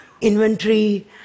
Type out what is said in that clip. inventory